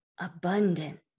abundant